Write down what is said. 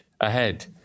ahead